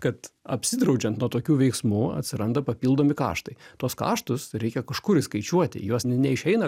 kad apsidraudžiant nuo tokių veiksmų atsiranda papildomi kaštai tuos kaštus reikia kažkur įskaičiuoti juos neišeina